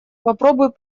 попробуй